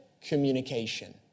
communication